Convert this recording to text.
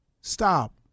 Stop